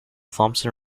thompson